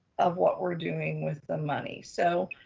of what we're doing with the money. so,